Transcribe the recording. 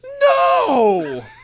No